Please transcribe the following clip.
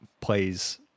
plays